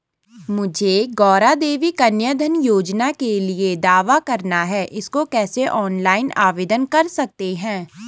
मुझे गौरा देवी कन्या धन योजना के लिए दावा करना है इसको कैसे ऑनलाइन आवेदन कर सकते हैं?